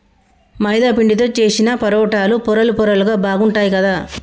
మైదా పిండితో చేశిన పరాటాలు పొరలు పొరలుగా బాగుంటాయ్ కదా